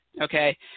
Okay